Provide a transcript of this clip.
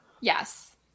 yes